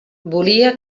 volia